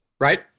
right